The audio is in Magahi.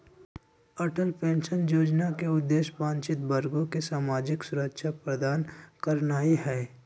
अटल पेंशन जोजना के उद्देश्य वंचित वर्गों के सामाजिक सुरक्षा प्रदान करनाइ हइ